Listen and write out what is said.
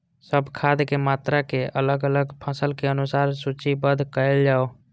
सब खाद के मात्रा के अलग अलग फसल के अनुसार सूचीबद्ध कायल जाओ?